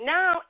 Now